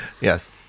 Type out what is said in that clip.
Yes